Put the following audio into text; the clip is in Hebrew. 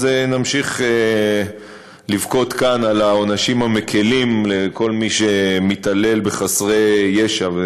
אנחנו נמשיך לבכות כאן על העונשים המקלים לכל מי שמתעלל בחסרי ישע,